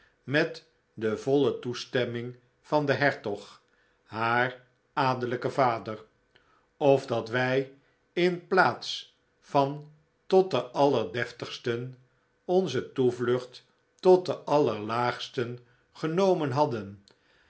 met de voile toestemming van den hertog haar adellijken vader of dat wij inplaats van tot de allerdeftigsten onze toevlucht tot de allerlaagsten genomen hadden